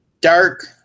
dark